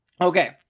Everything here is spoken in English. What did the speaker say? Okay